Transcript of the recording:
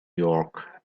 york